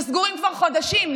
שסגורים כבר חודשים.